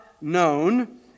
known